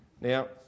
Now